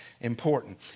important